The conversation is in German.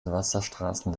wasserstraßen